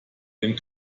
den